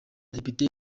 depite